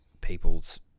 people's